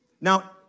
Now